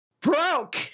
broke